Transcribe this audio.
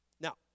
Now